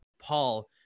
Paul